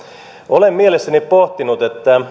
olen mielessäni pohtinut